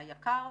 היק"ר.